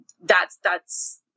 That's—that's